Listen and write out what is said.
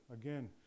Again